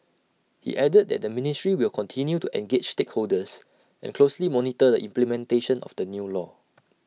he added that the ministry will continue to engage stakeholders and closely monitor the implementation of the new law